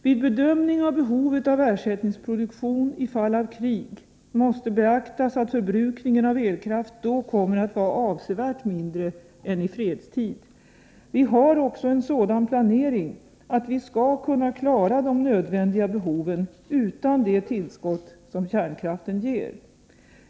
Vid bedömning av behovet av ersättningsproduktion i fall av krig måste beaktas att förbrukningen av elkraft då kommer att vara avsevärt mindre än i fredstid. Vi har också en sådan planering att vi skall kunna klara de nödvändiga behoven utan de tillskott som kärnkraften ger.